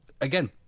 Again